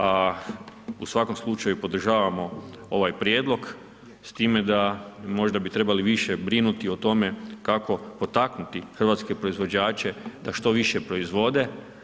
A u svakom slučaju podržavamo ovaj prijedlog s time da možda bi trebali više brinuti o tome kako potaknuti hrvatske proizvođače da što više proizvode.